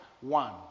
one